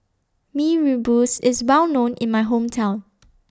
Mee Rebus IS Well known in My Hometown